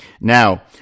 Now